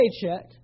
paycheck